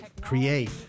create